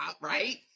right